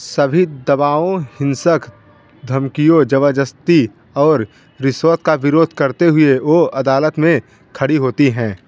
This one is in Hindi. सभी दवावों हिंसक धमकियों जबजस्ती और रिश्वत का विरोध करते हुए वो अदालत में खड़ी होती हैं